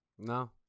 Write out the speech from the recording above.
No